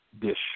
dish